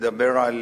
מדבר על